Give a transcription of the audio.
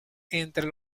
entre